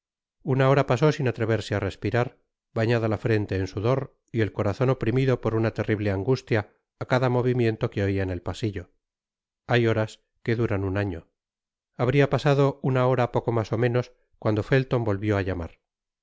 una hora pasó sin atreverse á respirar bañada la frente en sudor y el corazon oprimido por una terrible angustia á cada movimiento que oia en el pasitlo hay horas que duran un año habria pasado una hora poco mas ó menos cuando felton volvió á ltamar